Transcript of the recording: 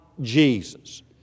Jesus